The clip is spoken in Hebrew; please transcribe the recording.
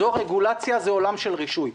זו רגולציה, זה עולם של רישוי.